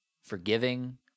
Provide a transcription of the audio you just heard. forgiving